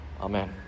Amen